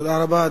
תודה רבה.